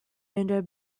under